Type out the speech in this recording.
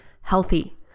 healthy